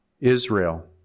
Israel